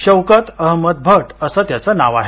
शौकत अहमद भट असं त्याचं नाव आहे